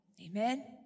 Amen